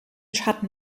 schatten